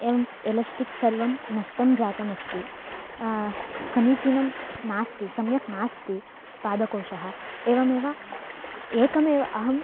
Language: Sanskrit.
एवम् एलस्टिक् सर्वं नष्टं जातमस्ति समीचीनं नास्ति सम्यक् नास्ति पादकोशः एवमेव एकमेव अहं